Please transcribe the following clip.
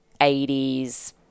80s